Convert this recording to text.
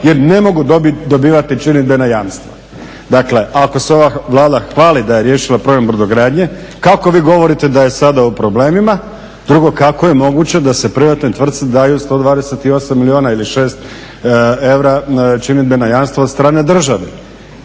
jer ne mogu dobivati činidbena jamstva. Dakle, ako se ova Vlada hvali da je riješila problem brodogradnje, kako vi govorite da je sada u problemima? Drugo, kako je moguće da se privatnoj tvrci daju 128 milijuna ili … eura činidbena jamstva od strane države?